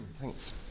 Thanks